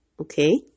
Okay